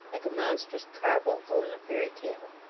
like a monstrous carbuncle in a fairy tale.